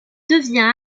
devient